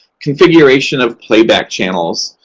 configuration of playback channels.